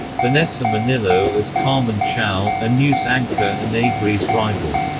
vanessa minnillo as carmen chao, a news anchor and avery's rival.